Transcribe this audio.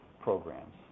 programs